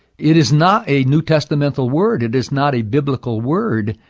it is not a new testamental word it is not a biblical word.